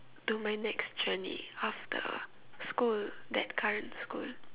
to my next journey after school that current school